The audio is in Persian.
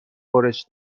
برش